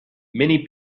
many